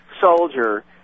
soldier